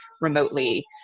remotely